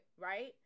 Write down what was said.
Right